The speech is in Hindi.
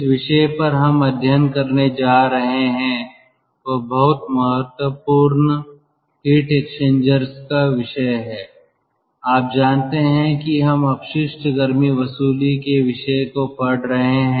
जिस विषय पर हम अध्ययन करने जा रहे हैं वह बहुत महत्वपूर्ण हीट एक्सचेंजर्स का विषय है आप जानते हैं कि हम अपशिष्ट गर्मी वसूली के विषय को पढ़ रहे हैं